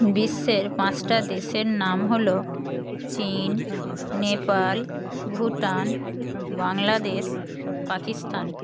বিশ্বের পাঁচটা দেশের নাম হলো চীন নেপাল ভুটান বাংলাদেশ পাকিস্তান